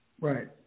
Right